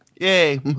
yay